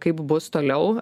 kaip bus toliau